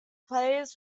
players